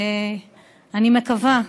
אני מקווה,